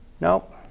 Nope